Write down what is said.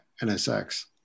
NSX